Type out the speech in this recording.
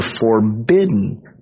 forbidden